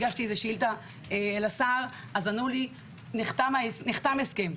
הגשתי שאילתה לשר וענו לי שנחתם הסכם.